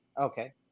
Okay